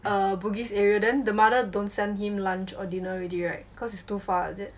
err bugis area then the mother don't send him lunch or dinner already right cause it's too far is it